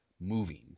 moving